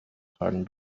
tragen